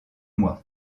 moi